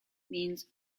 means